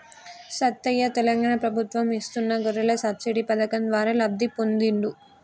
సత్తయ్య తెలంగాణ ప్రభుత్వం ఇస్తున్న గొర్రెల సబ్సిడీ పథకం ద్వారా లబ్ధి పొందిండు